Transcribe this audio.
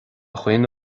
dhaoine